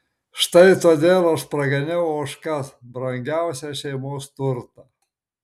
štai todėl aš praganiau ožkas brangiausią šeimos turtą